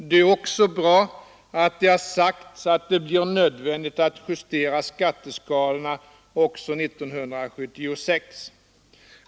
Det är också bra att det sagts att det är nödvändigt att justera skatteskalorna även 1976.